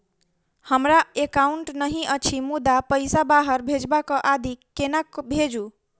हमरा एकाउन्ट नहि अछि मुदा पैसा बाहर भेजबाक आदि केना भेजू?